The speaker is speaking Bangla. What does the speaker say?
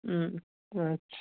হুম আচ্ছা